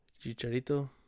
Chicharito